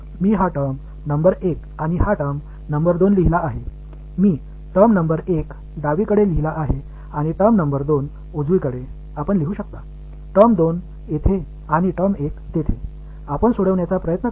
இந்த வெளிப்பாடு எண் 1 ஐ இடதுபுறத்திலும் வலதுபுறத்தில் எண் 2 ஐ நான் எழுதியுள்ளேன் நீங்கள் இங்கே வெளிப்பாடு 2 மற்றும் வெளிப்பாடு1 வேறு வழியிலும் மாற்றி எழுதலாம்